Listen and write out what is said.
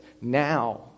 now